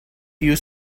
you